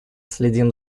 следим